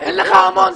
סליחה, אין לך המון.